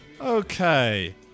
Okay